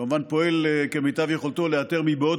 הוא כמובן פועל כמיטב יכולתו לאתר מבעוד